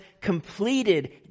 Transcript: completed